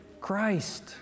Christ